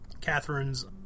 Catherine's